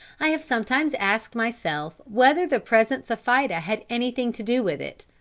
i have sometimes asked myself whether the presence of fida had anything to do with it,